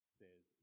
says